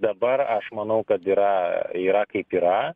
dabar aš manau kad yra yra kaip yra